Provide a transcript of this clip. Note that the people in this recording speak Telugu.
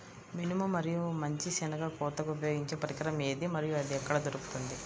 మినుము మరియు మంచి శెనగ కోతకు ఉపయోగించే పరికరం ఏది మరియు ఎక్కడ దొరుకుతుంది?